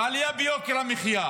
ועלייה ביוקר המחיה.